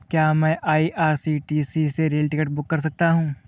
क्या मैं आई.आर.सी.टी.सी से रेल टिकट बुक कर सकता हूँ?